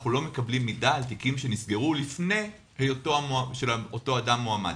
אנחנו לא מקבלים מידע על תיקים שנסגרו לפני היותו של אותו אדם מועמד,